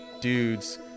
dudes